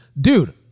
dude